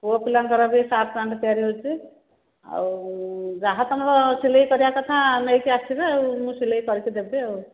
ପୁଅ ପିଲାଙ୍କର ବି ସାର୍ଟ ପ୍ୟାଣ୍ଟ୍ ତିଆରି ହେଉଛି ଆଉ ଯାହା ତୁମର ସିଲେଇ କରିବା କଥା ନେଇକି ଆସିବେ ଆଉ ମୁଁ ସିଲେଇ କରିକି ଦେବି ଆଉ